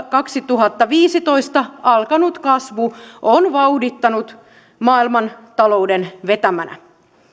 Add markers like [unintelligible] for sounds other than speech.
[unintelligible] kaksituhattaviisitoista alkanut kasvu on vauhdittunut maailman talouden vetämänä